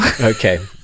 okay